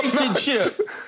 relationship